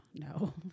no